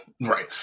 Right